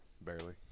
barely